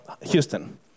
Houston